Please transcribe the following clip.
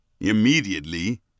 Immediately